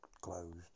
closed